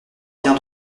bien